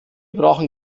brauchen